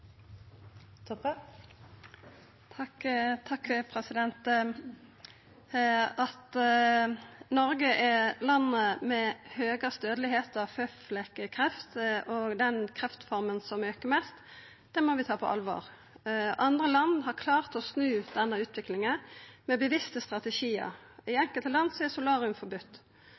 den kreftforma som aukar mest, må vi ta på alvor. Andre land har klart å snu denne utviklinga med bevisste strategiar, og i enkelte land er solarium